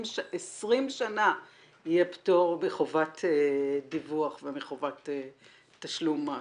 שנה יהיה פטור מחובת דיווח ומחובת תשלום מס.